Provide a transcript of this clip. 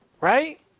right